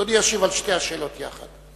אדוני ישיב על שתי השאלות יחד.